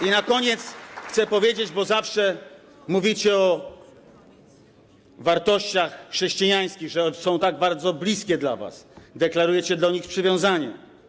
I na koniec chcę powiedzieć, bo zawsze mówicie o wartościach chrześcijańskich, że one są tak bardzo dla was bliskie, deklarujecie do nich przywiązanie.